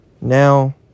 Now